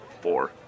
Four